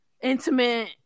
intimate